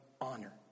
honor